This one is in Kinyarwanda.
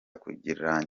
kurangira